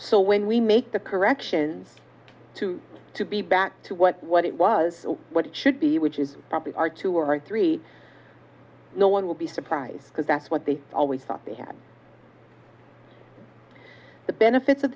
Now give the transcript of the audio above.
so when we make the corrections to to be back to what what it was what it should be which is probably are two or three no one will be surprised because that's what they always thought they had the benefits of